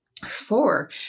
Four